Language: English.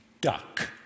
Duck